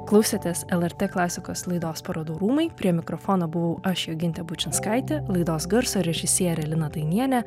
klausėtės lrt klasikos laidos parodų rūmai prie mikrofono buvau aš jogintė bučinskaitė laidos garso režisierė lina dainienė